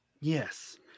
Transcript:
Yes